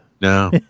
no